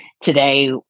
today